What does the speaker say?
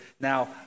now